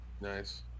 Nice